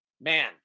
Man